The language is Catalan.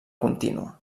contínua